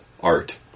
art